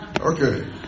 Okay